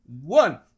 one